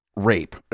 rape